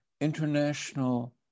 international